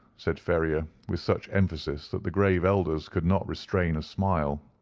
said ferrier, with such emphasis that the grave elders could not restrain a smile.